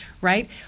right